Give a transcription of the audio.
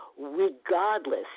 regardless